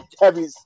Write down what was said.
heavy